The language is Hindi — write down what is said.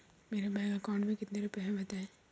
मेरे बैंक अकाउंट में कितने रुपए हैं बताएँ?